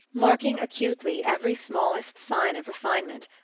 marking acutely every smallest sign of refinement,